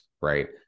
right